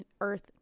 earth